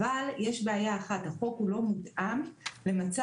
אבל יש בעיה אחת: החוק לא מותאם למצב